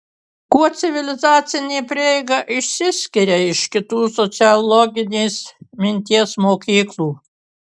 kuo civilizacinė prieiga išsiskiria iš kitų sociologinės minties mokyklų